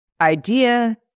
idea